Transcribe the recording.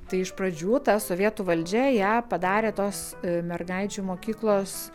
tai iš pradžių ta sovietų valdžia ją padarė tos mergaičių mokyklos